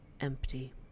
empty